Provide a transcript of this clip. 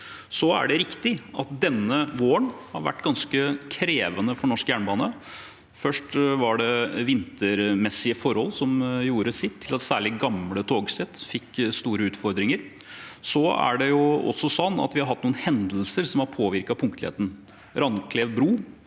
Det er riktig at denne våren har vært ganske krevende for norsk jernbane. Først var det vintermessige forhold som gjorde sitt til at særlig gamle togsett fikk store utfordringer. Vi har også hatt noen hendelser som har påvirket punktligheten. Randklev bru